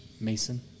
Mason